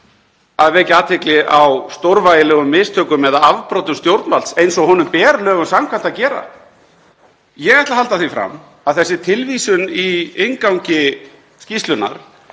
að vekja athygli á stórvægilegum mistökum eða afbrotum stjórnvalds eins og honum ber lögum samkvæmt að gera? Ég ætla að halda því fram að þessi tilvísun í inngangi skýrslunnar,